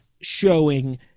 showing